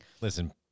Listen